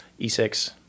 E6